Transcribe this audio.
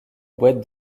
boîte